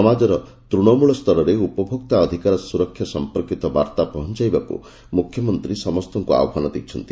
ସମାଜର ତୃଣମୂଳ ସ୍ତରରେ ଉପଭୋକ୍ତା ଅଧିକାର ସୁରକ୍ଷା ସମ୍ପର୍କିତ ବାର୍ତ୍ତା ପହଞାଇବାକୁ ମୁଖ୍ୟମନ୍ତୀ ସମସ୍ତଙ୍କୁ ଆହ୍ୱାନ ଦେଇଛନ୍ତି